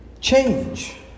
change